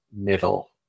middle